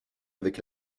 avec